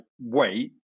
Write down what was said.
wait